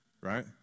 right